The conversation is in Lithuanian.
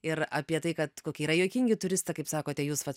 ir apie tai kad kokie yra juokingi turistai kaip sakote jūs va